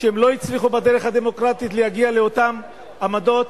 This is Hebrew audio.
שהם לא הצליחו בדרך הדמוקרטית להגיע לאותן עמדות,